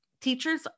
teachers